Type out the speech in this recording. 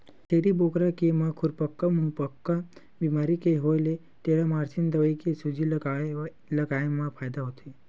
छेरी बोकरा के म खुरपका मुंहपका बेमारी के होय ले टेरामारसिन दवई के सूजी लगवाए मा फायदा होथे